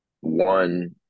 one